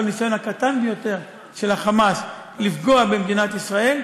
כל ניסיון קטן ביותר של ה"חמאס" לפגוע במדינת ישראל,